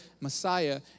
messiah